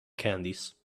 candies